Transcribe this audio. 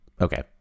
Okay